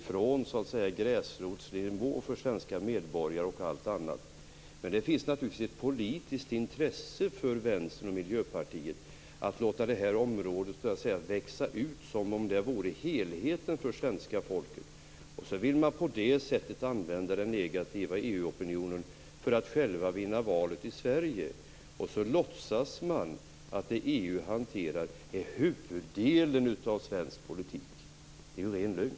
Det gäller från gräsrotsnivån och uppåt för svenska medborgare. Det finns naturligtvis ett politiskt intresse för Vänstern och Miljöpartiet att låta detta område växa ut som om det vore helheten för svenska folket. På det sättet vill man använda den negativa EU-opinionen för att själv vinna valet i Sverige. Så låtsas man att EU hanterar huvuddelen av svensk politik. Det är ju ren lögn.